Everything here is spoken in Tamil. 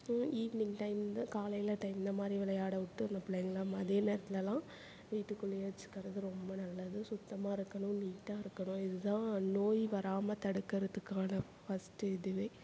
ஈவ்னிங் டைம் இந்த காலையில் டைம் இந்த மாதிரி விளையாட விட்டு அந்த பிள்ளைங்கள மதிய நேரத்திலலாம் வீட்டுக்குள்ளேயே வெச்சிக்கிறது ரொம்ப நல்லது சுத்தமாக இருக்கணும் நீட்டாக இருக்கணும் இதுதான் நோய் வராமல் தடுக்கிறதுக்கான ஃபஸ்ட்டு இது